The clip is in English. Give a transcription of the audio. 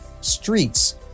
streets